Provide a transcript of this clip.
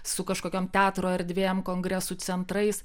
su kažkokiom teatro erdvėm kongresų centrais